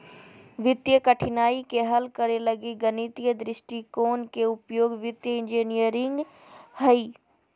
वित्तीय कठिनाइ के हल करे लगी गणितीय दृष्टिकोण के उपयोग वित्तीय इंजीनियरिंग हइ